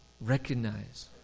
recognize